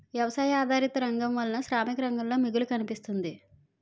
వ్యవసాయ ఆధారిత రంగం వలన శ్రామిక రంగంలో మిగులు కనిపిస్తుంది